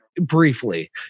briefly